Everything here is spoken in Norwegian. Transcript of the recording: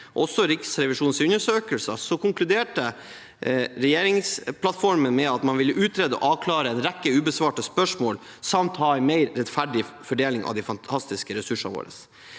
Riksrevisjonens undersøkelser, konkludert med at regjeringen ville utrede og avklare en rekke ubesvarte spørsmål samt ha en mer rettferdig fordeling av de fantastiske ressursene våre.